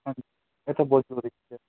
ਹਾਂਜੀ